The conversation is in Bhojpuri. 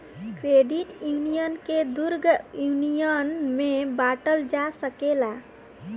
क्रेडिट यूनियन के दुगो यूनियन में बॉटल जा सकेला